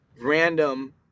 random